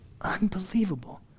Unbelievable